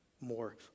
more